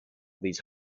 these